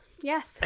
yes